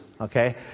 okay